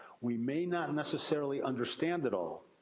we may not and necessarily understand it all,